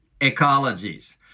ecologies